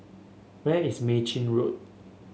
where is Mei Chin Road